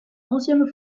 onzième